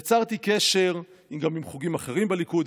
יצרתי קשר גם עם חוגים אחרים בליכוד.